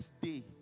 day